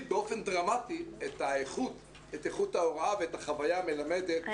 באופן דרמטי את איכות ההוראה ואת החוויה המלמדת בטבע.